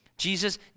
Jesus